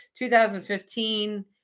2015